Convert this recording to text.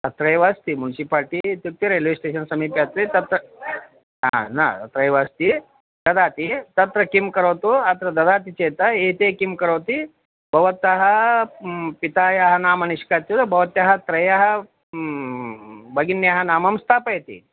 तत्रैव अस्ति मुन्सिपालिटि इत्युक्ते रेल्वे स्टेशन् समीपे अस्ति तत्र हा न तत्रैव अस्ति ददाति तत्र किं करोतु अत्र ददाति चेत् एते किं करोति भवतः पितायाः नाम निष्कास्य भवत्याः त्रयः भगिन्यः नाम स्थापयति